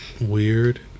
Weird